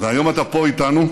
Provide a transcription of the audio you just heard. והיום אתה פה איתנו,